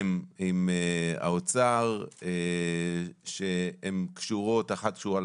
דיברנו עליהם במסגרת הדיון היום אבל הם חשובים לא